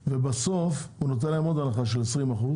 ובסוף הוא נותן להם עוד הנחה של 20%,